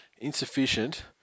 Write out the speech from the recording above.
insufficient